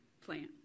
plant